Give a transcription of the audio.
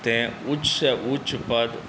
तेँ उच्चसँ उच्च पद